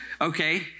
Okay